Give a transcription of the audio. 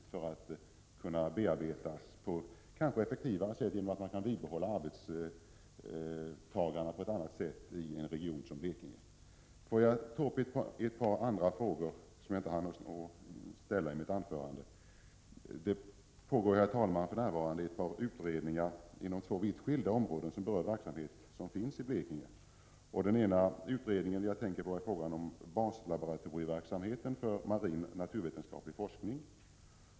På det sättet skulle man kanske uppnå en större effektivitet, eftersom arbetstagarna då skulle kunna bibehållas på ett annat sätt än som nu är fallet i en region som Blekinge. Jag vill också ta upp ett par andra frågor som jag inte hann ställa i mitt första anförande. Det pågår för närvarande, herr talman, ett par utredningar inom två vitt skilda områden som berör verksamhet som finns i Blekinge. Den ena utredningen gäller baslaboratorieverksamheten för marin naturvetenskaplig forskning.